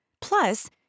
Plus